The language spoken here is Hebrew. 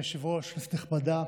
אדוני היושב-ראש, כנסת נכבדה,